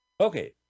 Okay